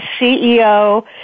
CEO